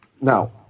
Now